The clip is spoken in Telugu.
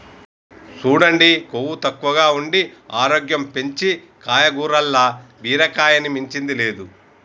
సూడండి కొవ్వు తక్కువగా ఉండి ఆరోగ్యం పెంచీ కాయగూరల్ల బీరకాయని మించింది లేదు